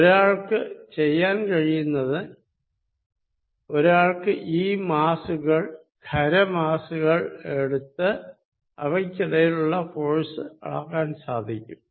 ഒരാൾക്ക് ചെയ്യാൻ കഴിയുന്നത് ഒരാൾക്ക് ഈ മാസ്സുകൾ ഖര മാസ്സുകൾ എടുത്ത് അവയ്ക്കിടയിലുള്ള ഫോഴ്സ് അളക്കാൻ സാധിക്കും